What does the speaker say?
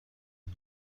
بود